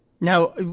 Now